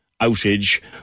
outage